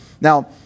Now